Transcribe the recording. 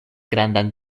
grandan